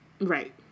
Right